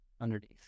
underneath